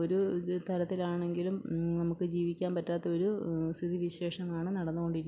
ഒരു തരത്തിൽ ആണെങ്കിലും നമുക്ക് ജീവിക്കാൻ പറ്റാത്ത ഒരു സ്ഥിതി വിശേഷമാണ് നടന്നു കൊണ്ടിരിക്കുന്നത്